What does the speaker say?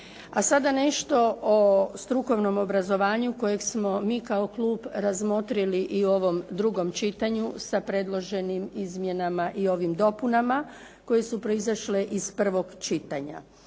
A sada nešto o strukovnom obrazovanju kojeg smo mi kao klub razmotrili i u ovom drugom čitanju sa predloženim izmjenama i ovim dopunama koje su proizašle iz prvog čitanja.